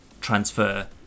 transfer